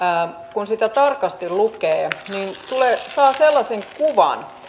kun sitä tarkasti lukee saa sellaisen kuvan